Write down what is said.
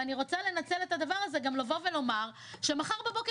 ואני רוצה לנצל את הדבר הזה גם לבוא ולומר שמחר בבוקר